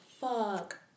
fuck